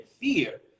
fear